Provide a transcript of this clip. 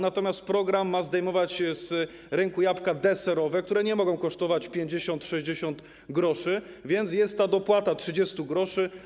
Natomiast program ma zdejmować z rynku jabłka deserowe, które nie mogą kosztować 50-60 gr, więc jest dopłata 30 gr.